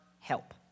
help